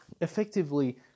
effectively